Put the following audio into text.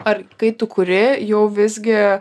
ar kai tu kuri jau visgi